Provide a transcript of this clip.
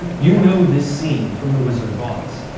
you know this scene from the wizard of oz.